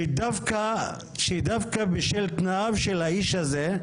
הרשימה הערבית המאוחדת): -- שדווקא בשל תנאיו של האיש הזה,